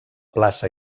plaça